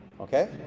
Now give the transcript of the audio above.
Okay